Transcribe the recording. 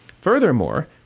Furthermore